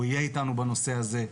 והוא יהיה איתנו בנושא הזה.